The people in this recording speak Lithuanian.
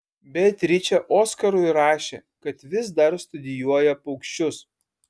beatričė oskarui rašė kad vis dar studijuoja paukščius